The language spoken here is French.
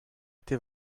été